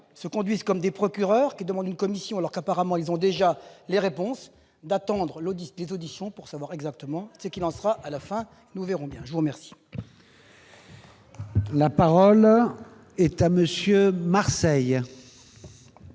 se conduisent déjà comme des procureurs- ils demandent une commission d'enquête, alors qu'apparemment ils ont déjà toutes les réponses -d'attendre les auditions pour savoir exactement ce qu'il en sera à la fin. Nous verrons bien alors !